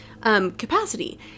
capacity